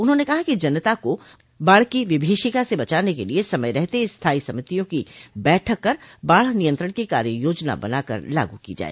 उन्होंने कहा कि जनता को बाढ़ की विभीषिका से बचाने के लिये समय रहते स्थाई समितिया की बैठक कर बाढ़ नियंत्रण की कार्य योजना बनाकर लागू की गई